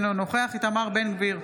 אינו נוכח איתמר בן גביר,